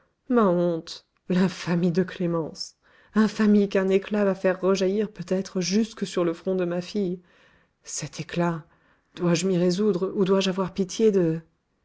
ma honte l'infamie de clémence infamie qu'un éclat va faire rejaillir peut-être jusque sur le front de ma fille cet éclat dois-je m'y résoudre ou dois-je avoir pitié de